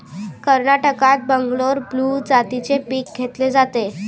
कर्नाटकात बंगलोर ब्लू जातीचे पीक घेतले जाते